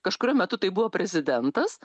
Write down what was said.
kažkuriuo metu tai buvo prezidentas